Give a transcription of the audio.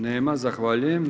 Nema, zahvaljujem.